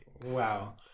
Wow